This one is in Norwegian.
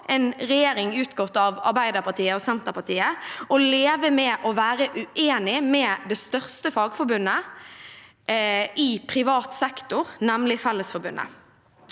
en regjering utgått av Arbeiderpartiet og Senterpartiet å leve med å være uenig med det største fagforbundet i privat sektor, nemlig Fellesforbundet.